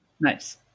Nice